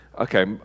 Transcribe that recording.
Okay